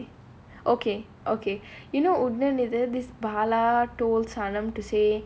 say say okay okay you know வந்து:vandhu this bala told sanam to say